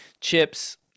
chips